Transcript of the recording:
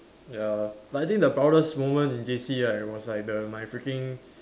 ya but I think the proudest moment in J_C right was like the my freaking